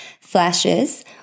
flashes